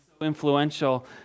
influential